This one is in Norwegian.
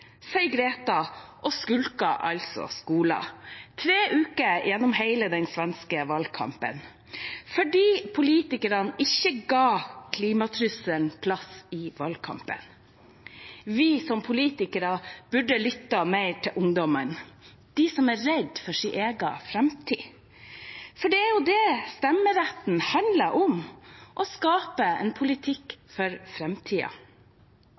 og skulket altså skolen tre uker gjennom hele den svenske valgkampen fordi politikerne ikke ga klimatrusselen plass i valgkampen. Vi som er politikere burde lyttet mer til ungdommene, de som er redd for sin egen framtid. Det er jo det stemmeretten handler om, å skape en